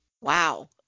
Wow